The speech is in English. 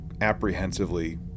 apprehensively